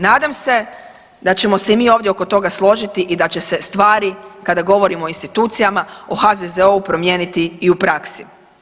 Nadam se da ćemo se i mi ovdje oko toga složiti i da će se stvari kada govorimo o institucijama o HZZO-u promijeniti i u praksi.